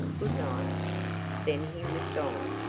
good-night! then he was gone.